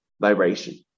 vibration